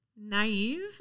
naive